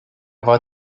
war